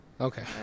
Okay